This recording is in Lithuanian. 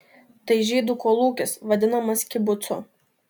tai žydų kolūkis vadinamas kibucu